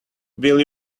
will